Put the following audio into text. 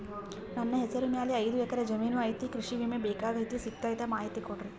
ನನ್ನ ಹೆಸರ ಮ್ಯಾಲೆ ಐದು ಎಕರೆ ಜಮೇನು ಐತಿ ಕೃಷಿ ವಿಮೆ ಬೇಕಾಗೈತಿ ಸಿಗ್ತೈತಾ ಮಾಹಿತಿ ಕೊಡ್ರಿ?